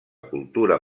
cultura